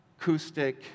acoustic